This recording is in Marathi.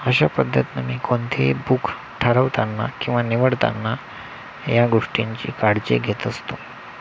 अशा पद्धतीने मी कोणतेही बुक ठरवताना किंवा निवडताना या गोष्टींची काळजी घेत असतो